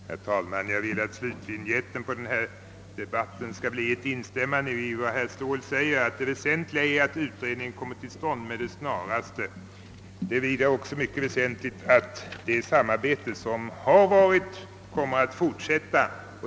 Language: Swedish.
Herr talman! Jag vill att slutvinjetten på denna debatt skall bli ett instämmande i vad herr Ståhl säger, nämligen att det väsentliga är att en utredning kommer till stånd med det snaraste. Det är också väsentligt att det samarbete som funnits kommer att fortsätta.